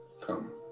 come